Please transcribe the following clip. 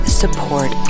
support